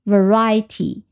Variety